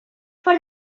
for